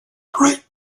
great